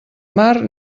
mar